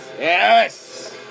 Yes